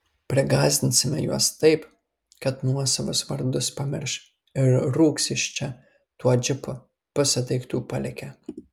prigąsdinsime juos taip kad nuosavus vardus pamirš ir rūks iš čia tuo džipu pusę daiktų palikę